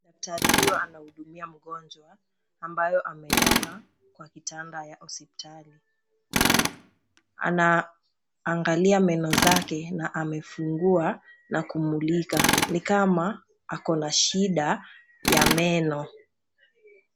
Daktari huyu anahudumia mgonjwa ambaye amelala kwa kitanda ya hospitali. Anaangalia meno zake na amefungua na kumulika ni kama akona shida ya meno.